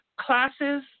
classes